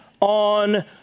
on